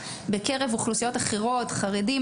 בקרב אוכלוסיות אחרות חרדים,